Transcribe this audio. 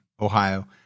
Ohio